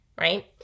right